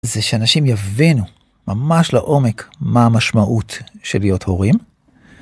זה שאנשים יבינו ממש לעומק מה המשמעות של להיות הורים.